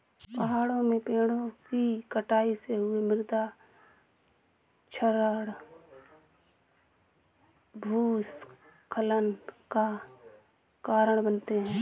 पहाड़ों में पेड़ों कि कटाई से हुए मृदा क्षरण भूस्खलन का कारण बनते हैं